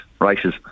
races